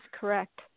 correct